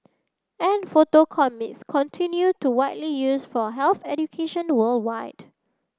and photo comics continue to widely used for health education worldwide